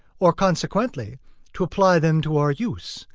or consequently to apply them to our use,